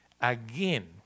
again